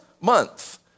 month